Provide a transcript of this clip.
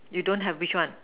you don't have which one